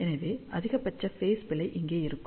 எனவே அதிகபட்ச ஃபேஸ் பிழை இங்கே வரும்